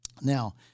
Now